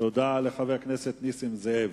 תודה לחבר הכנסת נסים זאב.